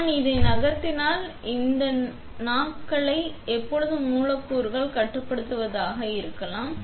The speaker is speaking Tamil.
எனவே நான் இதை நகர்த்தினால் இந்த நாக்களை எப்பொழுதும் மூலக்கூறுகளை எப்போதும் கட்டுப்படுத்துவதாக நீங்கள் காணலாம்